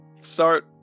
start